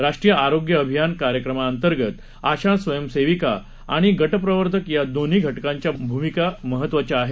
राष्ट्रीय आरोग्य अभियान कार्यक्रमांतर्गत आशा स्वयंसेविका आणि गटप्रवर्तक ह्या दोन्ही घटकांच्या भूमिका महत्त्वाच्या आहेत